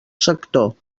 sector